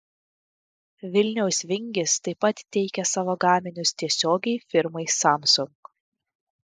vilniaus vingis taip pat teikia savo gaminius tiesiogiai firmai samsung